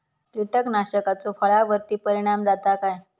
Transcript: कीटकनाशकाचो फळावर्ती परिणाम जाता काय?